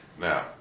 Now